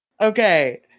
okay